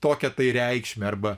tokią reikšmę arba